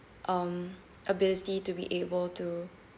um ability to be able to